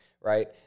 right